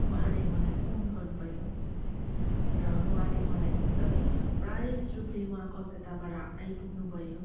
उहाँले मलाई फोन गर्नुभयो र उहाँले मलाई एकदमै सरप्राइज रूपले उहाँ कलकत्ताबाट आइपुग्नुभयो